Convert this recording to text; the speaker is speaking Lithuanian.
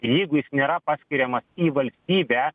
jeigu jis nėra paskiriamas į valstybę